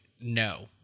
no